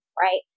right